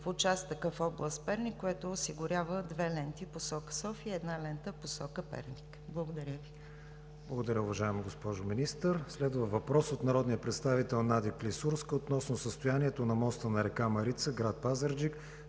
в участъка в област Перник, което осигурява две ленти в посока София и една лента в посока Перник. Благодаря Ви. ПРЕДСЕДАТЕЛ КРИСТИАН ВИГЕНИН: Благодаря, уважаема госпожо Министър. Следва въпрос от народния представител Надя Клисурска относно състоянието на моста на река Марица, град Пазарджик,